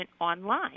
online